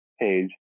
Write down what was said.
page